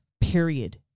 Period